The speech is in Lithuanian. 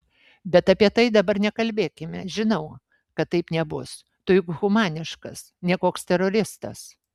bet apie tai dabar nekalbėkime žinau kad taip nebus tu juk humaniškas ne koks teroristas